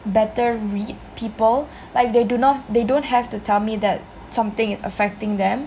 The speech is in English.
better read people like they do not they don't have to tell me that something is affecting them